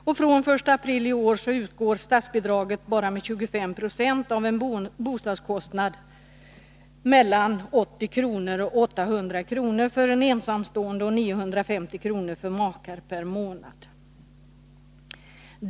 Och från den 1 april i år utgår statsbidraget bara med 25 96 av en bostadskostnad mellan 80 kr. och 800 kr. per månad för en ensamstående och 950 kr. per månad för makar.